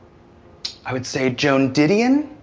i would say joan didion,